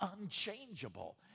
unchangeable